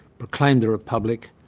proclaimed the republic,